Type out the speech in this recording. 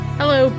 Hello